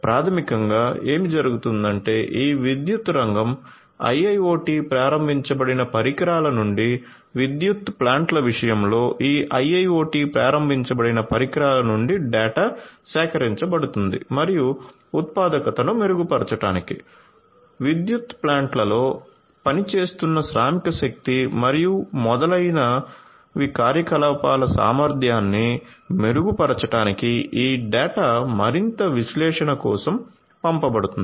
ప్రాథమికంగా ఏమి జరుగుతుందంటే ఈ విద్యుత్ రంగం IIoT ప్రారంభించబడిన పరికరాల నుండి విద్యుత్ ప్లాంట్ల విషయంలో ఈ IIoT ప్రారంభించబడిన పరికరాల నుండి డేటా సేకరించబడుతుంది మరియు ఉత్పాదకతను మెరుగుపరచడానికి విద్యుత్ ప్లాంట్లలో పనిచేస్తున్న శ్రామికశక్తి మరియు మొదలైనవ కార్యకలాపాల సామర్థ్యాన్ని మెరుగుపరచడానికి ఈ డేటా మరింత విశ్లేషణ కోసం పంపబడుతుంది